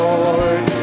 Lord